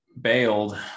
bailed